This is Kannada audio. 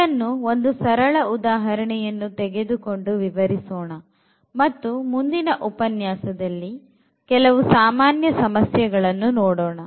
ಇದನ್ನು ಒಂದು ಸರಳ ಉದಾಹರಣೆಯನ್ನು ತೆಗೆದುಕೊಂಡು ವಿವರಿಸೋಣ ಮತ್ತು ಮುಂದಿನ ಉಪನ್ಯಾಸದಲ್ಲಿ ಕೆಲವು ಸಾಮಾನ್ಯ ಸಮಸ್ಯೆಗಳನ್ನು ನೋಡೋಣ